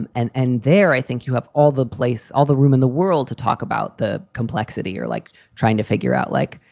and and and there i think you have all the place, all the room in the world to talk about the complexity are like trying to figure out, like,